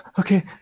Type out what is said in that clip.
Okay